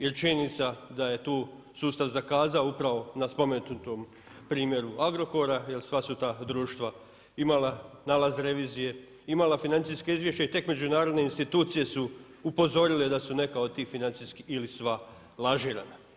Jer činjenica da je tu sustav zakazao upravo na spomenutom primjeru Agrokora jer sva su ta društva imala, nalaz revizije, imala financijske izvještaje i tek međunarodne institucije su upozorile da su neka od tih financijskih ili sva lažirana.